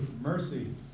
mercy